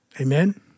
Amen